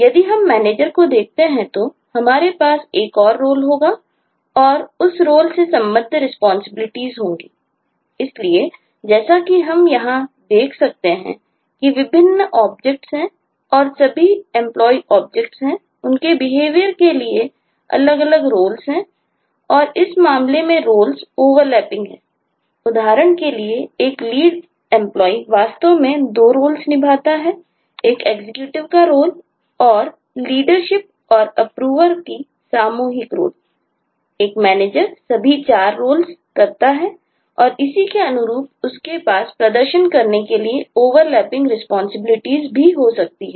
यदि हम Manager को देखते हैं तो हमारे पास एक और रोल भी होती हैं